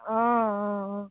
অঁ অঁ অঁ